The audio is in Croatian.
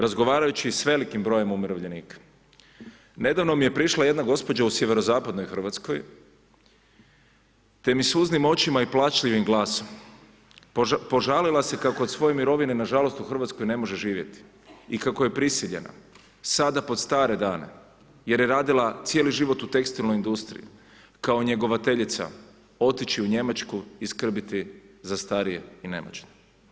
Razgovarajući sa velikim brojem umirovljenika, nedavno mi je prišla jedna gospođa u sjeverozapadnoj Hrvatskoj te mi suznim očima i plačljivim glasom požalila se kako od svoje mirovine nažalost u Hrvatskoj ne može živjeti i kako je prisiljena sada pod stare dane jer je radila cijeli život u tekstilnoj industriji, kao njegovateljica otići u Njemačku i skrbiti za starije i nemoćne.